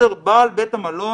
בעל בית המלון,